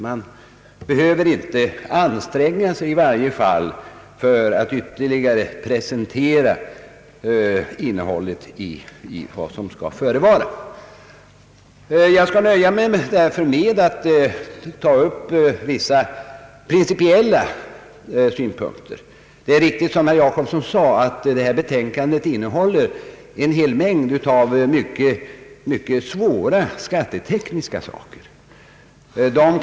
Man behöver inte anstränga sig med att ytterligare presentera innehållet. Jag skall därför nöja mig med att ta upp vissa principiella synpunkter. Det är riktigt, som herr Jacobsson sade, att detta betänkande innehåller en hel mängd mycket svåra skattetekniska frågor.